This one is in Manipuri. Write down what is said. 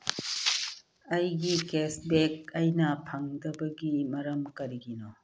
ꯑꯩꯒꯤ ꯀꯦꯁꯕꯦꯛ ꯑꯩꯅ ꯐꯪꯗꯕꯒꯤ ꯃꯔꯝ ꯀꯔꯤꯒꯤꯅꯣ